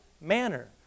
manner